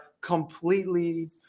completely